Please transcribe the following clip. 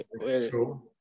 True